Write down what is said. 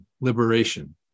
liberation